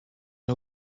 and